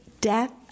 death